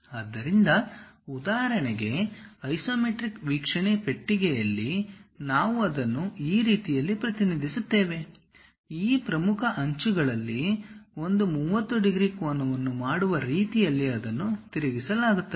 ಆದ್ದರಿಂದ ಉದಾಹರಣೆಗೆ ಐಸೊಮೆಟ್ರಿಕ್ ವೀಕ್ಷಣೆ ಪೆಟ್ಟಿಗೆಯಲ್ಲಿ ನಾವು ಅದನ್ನು ಈ ರೀತಿಯಲ್ಲಿ ಪ್ರತಿನಿಧಿಸುತ್ತೇವೆ ಈ ಪ್ರಮುಖ ಅಂಚುಗಳಲ್ಲಿ ಒಂದು 30 ಡಿಗ್ರಿ ಕೋನವನ್ನು ಮಾಡುವ ರೀತಿಯಲ್ಲಿ ಅದನ್ನು ತಿರುಗಿಸಲಾಗುತ್ತದೆ